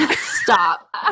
Stop